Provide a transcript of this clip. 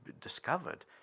discovered